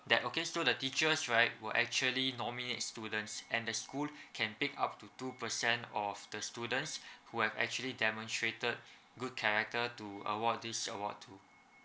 that through teachers right will actually normally students and the school can pick up to two percent of the students who have actually demonstrated good character to award this award to